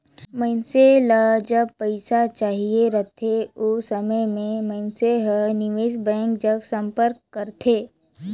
मइनसे ल जब पइसा चाहिए रहथे ओ समे में मइनसे हर निवेस बेंक जग संपर्क करथे